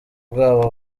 bwabo